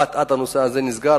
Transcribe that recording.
לאט לאט הנושא הזה נסגר.